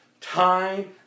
time